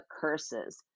curses